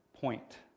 point